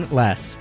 less